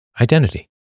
identity